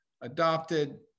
adopted